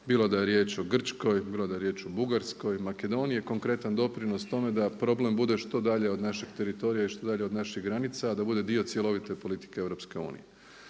bilo da je riječ o Grčkoj, bilo da je riječ o Bugarskoj, Makedoniji. Konkretan doprinos tome da problem bude što dalje od našeg teritorija i što dalje od naših granica, a da bude dio cjelovite politike EU.